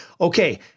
Okay